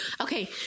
Okay